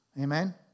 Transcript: Amen